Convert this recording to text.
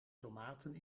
tomaten